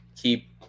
Keep